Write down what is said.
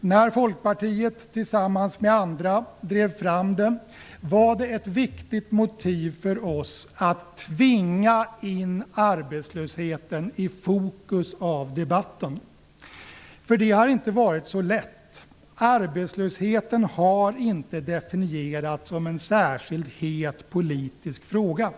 När Folkpartiet tillsammans med andra drev fram den var ett viktigt motiv för oss att tvinga in arbetslösheten i fokus av debatten. Det har inte varit så lätt. Arbetslösheten har inte definierats som en särskilt het politisk fråga.